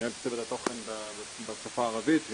מנהלת צוות התוכן בשפה הערבית,